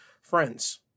friends